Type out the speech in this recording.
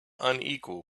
unequal